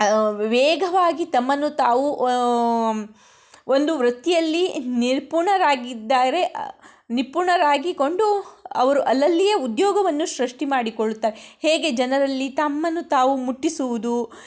ವೇಗವಾಗಿ ತಮ್ಮನ್ನು ತಾವು ಒಂದು ವೃತ್ತಿಯಲ್ಲಿ ನಿಪುಣರಾಗಿದ್ದಾರೆ ನಿಪುಣರಾಗಿಕೊಂಡು ಅವರು ಅಲ್ಲಲ್ಲಿಯೇ ಉದ್ಯೋಗವನ್ನು ಸೃಷ್ಟಿ ಮಾಡಿಕೊಳ್ಳುತ್ತಾ ಹೇಗೆ ಜನರಲ್ಲಿ ತಮ್ಮನ್ನು ತಾವು ಮುಟ್ಟಿಸುವುದು